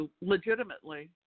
legitimately